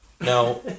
Now